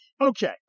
Okay